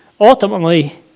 ultimately